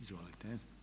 Izvolite.